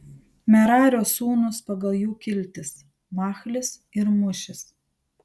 merario sūnūs pagal jų kiltis machlis ir mušis